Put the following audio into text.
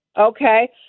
Okay